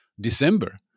December